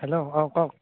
hello অঁ কওক